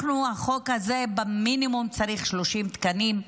החוק הזה במינימום צריך 30 תקנים.